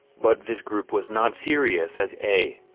but this group was not serious as a,